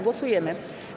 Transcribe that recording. Głosujemy.